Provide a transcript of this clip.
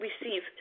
receive